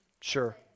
sure